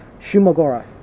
Shumagora